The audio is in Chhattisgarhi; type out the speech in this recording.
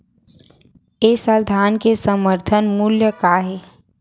ए साल धान के समर्थन मूल्य का हे?